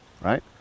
right